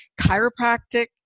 chiropractic